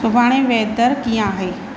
सुभाणे वेदर कीअं आहे